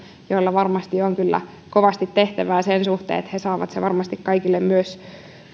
jolla varmasti on kyllä kovasti tehtävää sen suhteen että he saavat sen varmasti kaikille myös